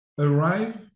arrive